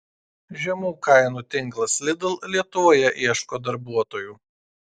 žemų kainų tinklas lidl lietuvoje ieško darbuotojų